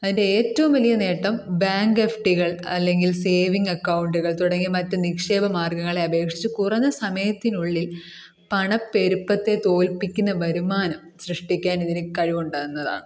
അതിൻ്റെ ഏറ്റവും വലിയ നേട്ടം ബാങ്ക് എഫ് ഡി കൾ അല്ലെങ്കിൽ സേവിങ് അക്കൗണ്ടുകൾ തുടങ്ങിയ മറ്റ് നിക്ഷേപ മാർഗങ്ങളെ അപേക്ഷിച്ച് കുറഞ്ഞ സമയത്തിനുള്ളിൽ പണപ്പെരുപ്പത്തെ തോൽപ്പിക്കുന്ന വരുമാനം സൃഷ്ടിക്കാൻ ഇതിന് കഴിവുണ്ട് എന്നതാണ്